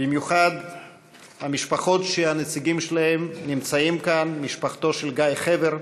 במיוחד המשפחות שהנציגים שלהן נמצאים כאן: משפחתו של גיא חבר,